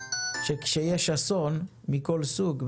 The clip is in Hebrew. שכאשר יש אסון מכל סוג,